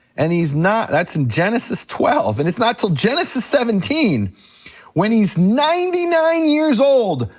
and he's not, that's in genesis twelve, and it's not till genesis seventeen when he's ninety nine years old,